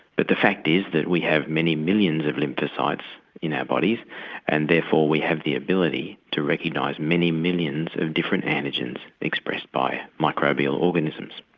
but the fact is that we have many millions of lymphocytes in our bodies and therefore we have the ability to recognise many millions of different antigens expressed by microbial organisms.